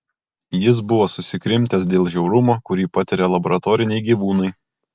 jis buvo susikrimtęs dėl žiaurumo kurį patiria laboratoriniai gyvūnai